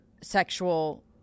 sexual